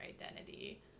identity